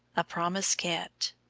a promise kept.